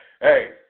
hey